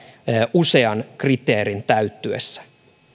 usean kriteerin täyttyessä